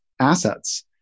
assets